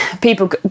people